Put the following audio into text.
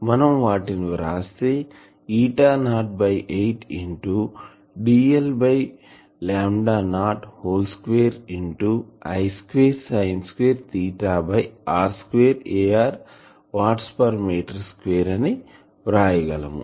మనం వాటిని వ్రాస్తే ఈటా నాట్ బై 8ఇంటూ dl by lambda naught whole square into I square sine square theta by r square ar watts per metre square అని వ్రాయగలము